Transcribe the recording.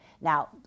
Now